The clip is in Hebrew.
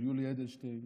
גם על יולי אדלשטיין